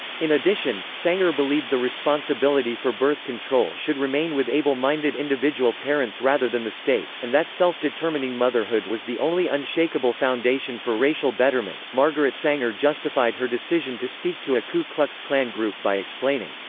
in addition, sanger believed the responsibility for birth control should remain with able-minded individual parents rather than the state, and that self-determining motherhood was the only unshakable foundation for racial betterment margaret sanger justified her decision to speak to a ku klux klan group by explaining,